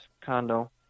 condo